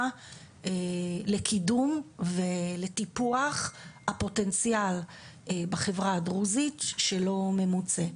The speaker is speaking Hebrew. לקידום ולטיפוח הפוטנציאל בחברה הדרוזית שלא ממוצה.